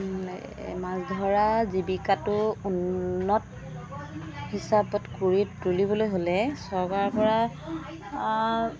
মাছ ধৰা জীৱিকাটো উন্নত হিচাপত কৰি তুলিবলৈ হ'লে চৰকাৰপৰা